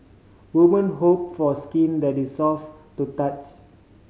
woman hope for skin that is soft to touch